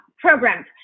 programs